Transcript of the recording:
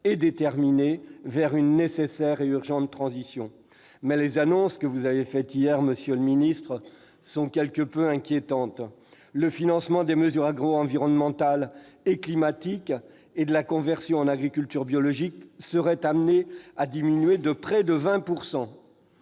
et déterminée vers une nécessaire et urgente transition. Cependant, les annonces que vous avez faites hier, monsieur le ministre, sont quelque peu inquiétantes : les financements des mesures agroenvironnementales et climatiques et de la conversion vers l'agriculture biologique seraient amenés à diminuer de près de 20 %.